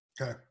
Okay